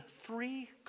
three